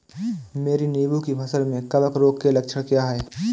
मेरी नींबू की फसल में कवक रोग के लक्षण क्या है?